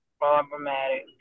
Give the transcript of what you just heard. problematic